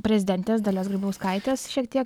prezidentės dalios grybauskaitės šiek tiek